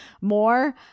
more